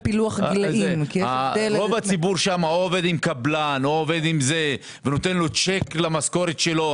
רובם עובדים עם קבלן ומקבלים צ'קים בסוף חודש.